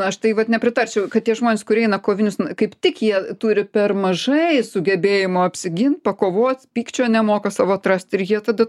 aš tai vat nepritarčiau kad tie žmonės kurie eina kovinius kaip tik jie turi per mažai sugebėjimo apsigint pakovot pykčio nemoka savo atrast ir jie tada